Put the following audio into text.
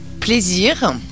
Plaisir